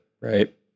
right